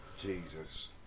Jesus